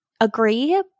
agree